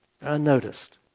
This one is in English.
Unnoticed